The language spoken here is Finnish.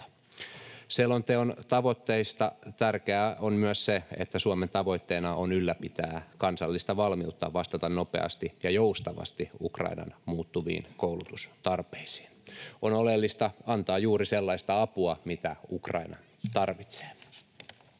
Selonteon tavoitteista tärkeää on myös se, että Suomen tavoitteena on ylläpitää kansallista valmiutta vastata nopeasti ja joustavasti Ukrainan muuttuviin koulutustarpeisiin. On oleellista antaa juuri sellaista apua, mitä Ukraina tarvitsee.